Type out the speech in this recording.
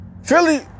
Philly